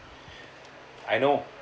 I know